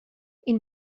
ihn